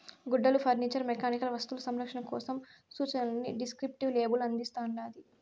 గుడ్డలు furniture mechanical వస్తువులు సంరక్షణ కోసం సూచనలని డిస్క్రిప్టివ్ లేబుల్ అందిస్తాండాది